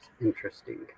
interesting